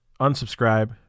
unsubscribe